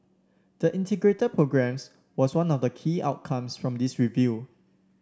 the Integrated Programs was one of the key outcomes from this review